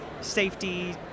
safety